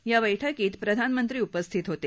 या बैठकीत प्रधानमंत्री उपस्थित होते